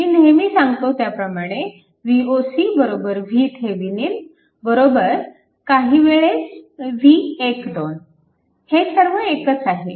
मी नेहमी सांगतो त्याप्रमाणे Voc VThevenin काही वेळेस V12 हे सर्व एकच आहे